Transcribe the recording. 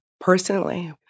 personally